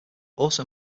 also